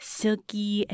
silky